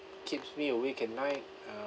keeps me awake at night uh